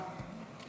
חבריי חברי הכנסת,